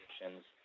conditions